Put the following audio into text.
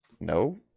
No